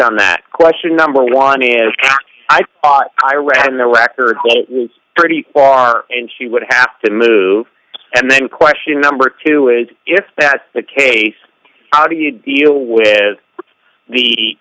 on that question number one is i thought i read in the record it was pretty far and she would have to move and then question number two is if that's the case how do you deal with the